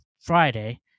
Friday